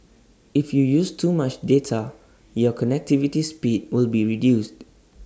if you use too much data your connectivities speed will be reduced